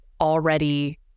already